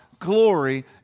Glory